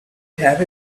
have